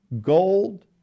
Gold